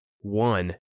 one